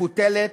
מפותלת